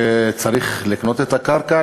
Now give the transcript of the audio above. שצריך לקנות את הקרקע,